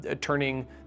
turning